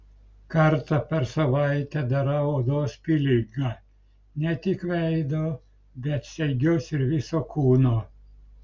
kartą per savaitę darau odos pilingą ne tik veido bet stengiuosi ir viso kūno